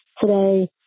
today